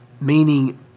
Meaning